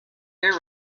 their